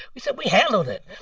we say, we handled it